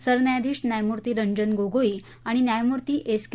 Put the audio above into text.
सरन्यायाधीश न्यायमूर्ती रंजन गोगोई आणि न्यायमूर्ती एस के